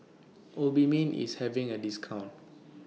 Obimin IS having A discount